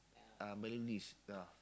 uh melodies ah